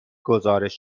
گزارش